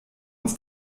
uns